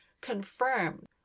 confirmed